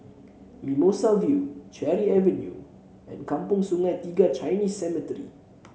Mimosa View Cherry Avenue and Kampong Sungai Tiga Chinese Cemetery